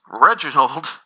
Reginald